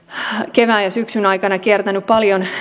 kevään ja syksyn aikana kiertänyt paljon